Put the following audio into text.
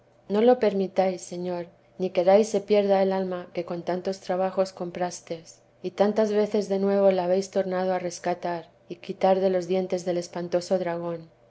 no lo permitáis señor ni queráis se pierda alma que con tantos trabajos comprastes y tantas veces de nuevo la habéis tornado a rescatar y quitar de los dientes del espantoso dragón